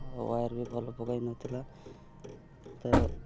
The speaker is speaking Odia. ୱାୟାର୍ ବି ଭଲ ପକାଇନଥିଲା ତା'ର